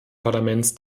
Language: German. parlaments